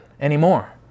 anymore